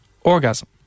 Orgasm